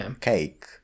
cake